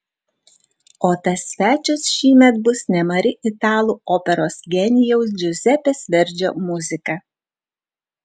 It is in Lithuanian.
o tas svečias šįmet bus nemari italų operos genijaus džiuzepės verdžio muzika